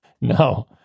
No